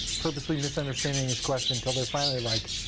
purposely misunderstanding his question, till they're finally like,